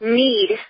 need